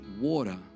water